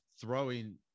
throwing